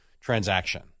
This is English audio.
transaction